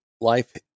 life